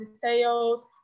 details